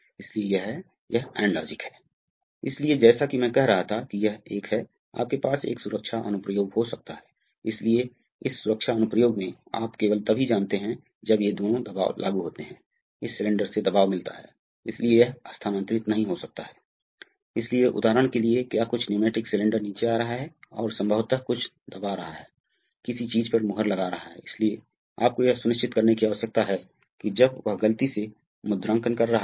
पिछले मामले में हम कर रहे थे अतः आप कर सकते हैं आप कर सकते हैं आप वास्तव में यह पता लगा सकते हैं हम इसे फिर से करते हैं हम वास्तव में पता लगा सकते हैं यह दिलचस्प बिंदु यह है कि आप इसका पता लगा सकते हैं वास्तव में यह एक अच्छा अभ्यास हो सकता है कि दो चीजें होंगी जो होंगी पहली बात यह है कि आप करेंगे आपको वह मिलेगा नंबर 1 दो पॉइंट्स नंबर एक वह है मान लीजिए कि हम 21 क्षेत्र अनुपात कहते हैं तो आप पाएंगे कि विस्तार और वापसी की गति समान है लेकिन वे अन्य क्षेत्र अनुपातों के लिए समान नहीं हैं जिन्हें याद किया जाना चाहिए